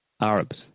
Arabs